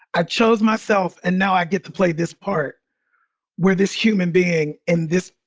i chose myself and now i get to play this part where this human being in this,